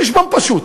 חשבון פשוט,